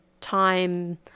time